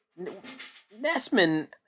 Nesman